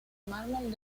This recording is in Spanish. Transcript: mármol